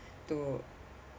to